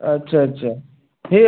अच्छा अच्छा हे